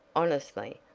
honestly,